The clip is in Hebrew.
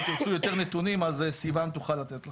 אם תרצו עוד נתונים אז סיוון תוכל לתת לכם.